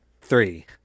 three